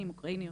ואוקראיניות.